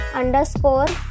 underscore